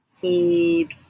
food